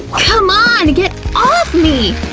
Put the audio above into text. c'mon, get off me!